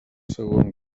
segon